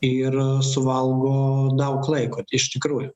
ir suvalgo daug laiko iš tikrųjų